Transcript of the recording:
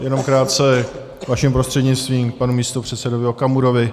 Jenom krátce vaším prostřednictvím k panu místopředsedovi Okamurovi.